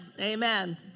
Amen